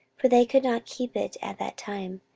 for they could not keep it at that time,